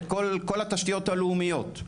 את כל התשתיות הלאומיות.